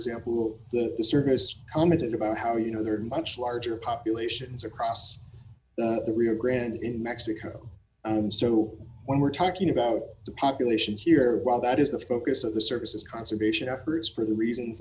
example that the service commented about how you know there are much larger populations d across the rio grande in mexico and so when we're talking about the population here well that is the focus of the services conservation d efforts for the reasons